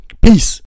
peace